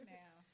now